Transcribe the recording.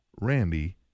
Randy